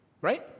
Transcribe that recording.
right